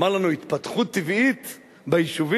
אמר לנו: התפתחות טבעית ביישובים?